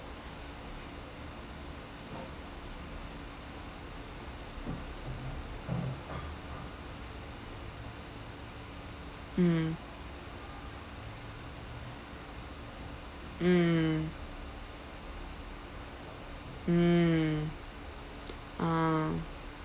mm mm mm ah